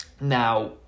Now